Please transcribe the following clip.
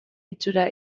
itxura